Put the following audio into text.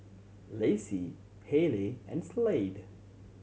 Lassie Hayley and Slade